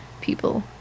people